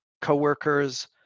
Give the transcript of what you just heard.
coworkers